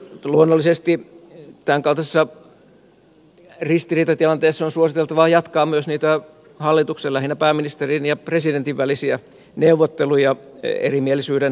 luonnollisesti tämän kaltaisissa ristiriitatilanteissa on suositeltavaa jatkaa myös niitä hallituksen lähinnä pääministerin ja presidentin välisiä neuvotteluja erimielisyyden purkamiseksi